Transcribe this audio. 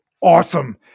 awesome